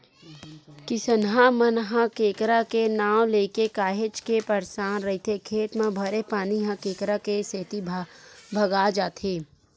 किसनहा मन ह केंकरा के नांव लेके काहेच के परसान रहिथे खेत म भरे पानी ह केंकरा के सेती भगा जाथे